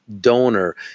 donor